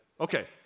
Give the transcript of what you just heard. Okay